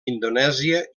indonèsia